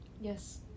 yes